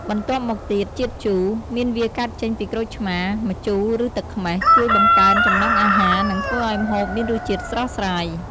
បន្ទាប់មកទៀត ជាតិជូរ មានវាកើតចេញពីក្រូចឆ្មារ ម្ជូរ ឬទឹកខ្មេះ ជួយបង្កើនចំណង់អាហារ និងធ្វើឱ្យម្ហូបមានរសជាតិស្រស់ស្រាយ។